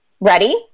Ready